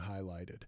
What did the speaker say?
highlighted